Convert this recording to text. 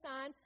on